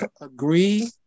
agree